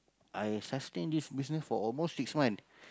I sustain this business for almost six month